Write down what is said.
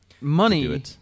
Money